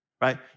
right